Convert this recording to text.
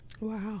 wow